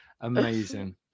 Amazing